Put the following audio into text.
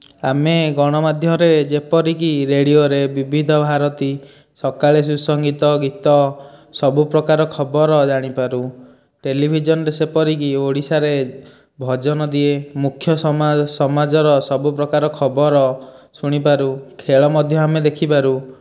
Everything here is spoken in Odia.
ଆମେ ଗଣମାଧ୍ୟମରେ ଯେପରିକି ରେଡ଼ିଓରେ ବିବିଧ ଭାରତୀ ସକାଳେ ସୁସଂଗୀତ ଗୀତ ସବୁ ପ୍ରକାର ଖବର ଜାଣିପାରୁ ଟେଲଲିଭିଜନ୍ରେ ସେପରିକି ଓଡ଼ିଶାରେ ଭଜନ ଦିଏ ମୁଖ୍ୟ ସମାଜର ସବୁ ପ୍ରକାର ଖବର ଶୁଣିପାରୁ ଖେଳ ମଧ୍ୟ ଆମେ ଦେଖିପାରୁ